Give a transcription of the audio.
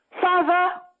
Father